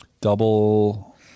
Double